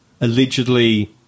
allegedly